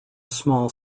small